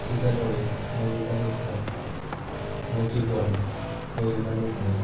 से जानुवारि नैरोजा नैजिथाम नै फेब्रुवारि नैरोजा नैजिनै